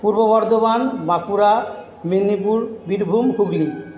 Purba Bardhaman Bankura Medinipur Birbhum Hooghly